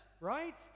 right